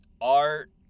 art